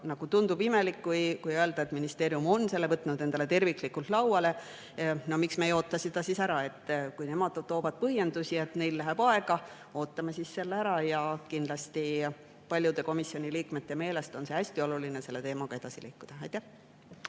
nagu imelik, kui öeldakse, et ministeerium on selle võtnud endale terviklikult lauale, et miks me siis ei oota seda ära. Kui nemad toovad põhjendusi, et neil läheb aega, ootame siis selle ära. Kindlasti on paljude komisjoni liikmete meelest hästi oluline selle teemaga edasi liikuda. Hea